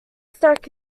stack